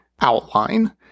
outline